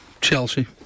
Chelsea